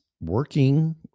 working